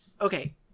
okay